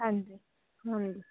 ਹਾਂਜੀ ਹਮ